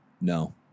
No